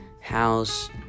house